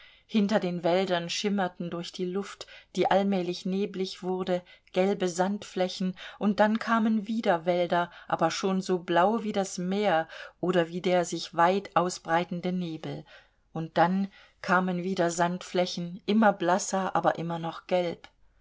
hinter den wäldern schimmerten durch die luft die allmählich neblig wurde gelbe sandflächen und dann kamen wieder wälder aber schon so blau wie das meer oder wie der sich weit ausbreitende nebel und dann kamen wieder sandflächen immer blasser aber immer noch gelb